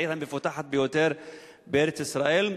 העיר המפותחת ביותר בארץ-ישראל,